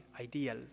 ideal